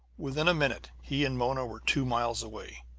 within a minute he and mona were two miles away.